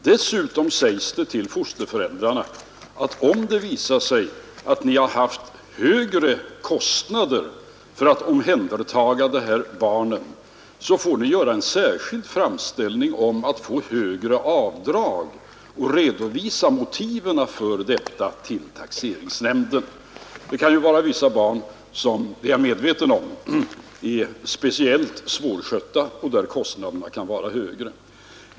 Dessutom sägs det till fosterföräldrarna, att om det visar sig att ni har haft högre kostnader för att omhändertaga de här barnen, så kan ni göra en särskild framställning om att få högre avdrag och redovisa motiven för detta till taxeringsnämnden. Det kan ju vara vissa barn som — det är jag medveten om =— är speciellt svårskötta, så att kostnaderna blir högre.